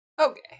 Okay